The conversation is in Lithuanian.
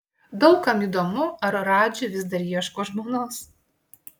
daug kam įdomu ar radži vis dar ieško žmonos